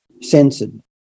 censored